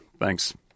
Thanks